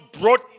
brought